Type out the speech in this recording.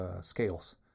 scales